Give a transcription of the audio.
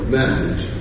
message